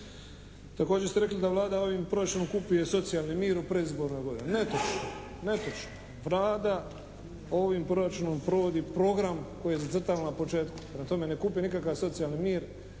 također ste rekli da Vlada ovim proračunom kupuje socijalni mir u predizbornoj godini. Netočno. Netočno. Vlada ovim proračunom provodi program koji je zacrtala na početku. Prema tome ne kupuje nikakav socijalni mir.